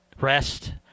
rest